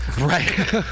Right